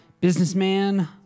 businessman